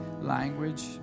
language